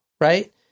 right